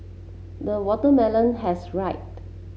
the watermelon has ripened